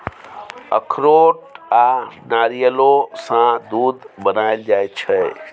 अखरोट आ नारियलो सँ दूध बनाएल जाइ छै